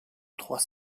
trois